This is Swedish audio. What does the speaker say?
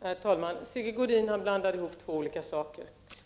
Herr talman! Sigge Godin blandar ihop två olika saker.